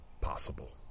possible